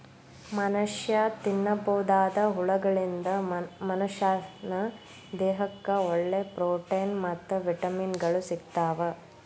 ಮನಷ್ಯಾ ತಿನ್ನಬೋದಾದ ಹುಳಗಳಿಂದ ಮನಶ್ಯಾನ ದೇಹಕ್ಕ ಒಳ್ಳೆ ಪ್ರೊಟೇನ್ ಮತ್ತ್ ವಿಟಮಿನ್ ಗಳು ಸಿಗ್ತಾವ